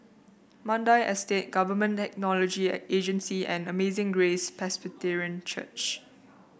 Mandai Estate Government Technology Agency and Amazing Grace Presbyterian Church